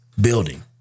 building